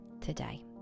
today